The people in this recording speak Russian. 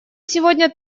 сегодня